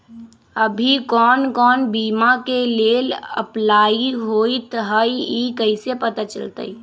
अभी कौन कौन बीमा के लेल अपलाइ होईत हई ई कईसे पता चलतई?